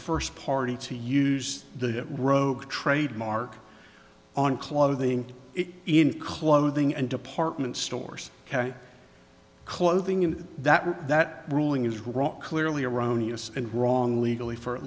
first party to use the rogue trademark on clothing in clothing and department stores clothing and that that ruling is wrong clearly erroneous and wrong legally for at